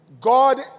God